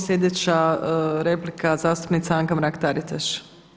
Slijedeća replika zastupnica Anka Mrak-Taritaš.